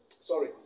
Sorry